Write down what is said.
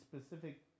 specific